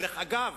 דרך אגב,